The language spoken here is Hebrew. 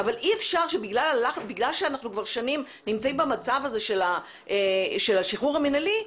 אבל אי אפשר שבגלל שאנחנו כבר שנים נמצאים במצב הזה של השחרור המינהלי,